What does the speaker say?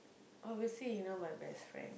obviously you're not my best friend